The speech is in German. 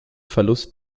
verlust